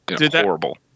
horrible